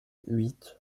huit